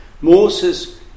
Moses